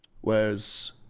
whereas